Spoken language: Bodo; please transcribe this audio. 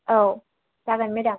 औ जागोन मेदाम